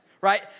right